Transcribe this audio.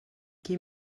qui